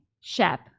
Shep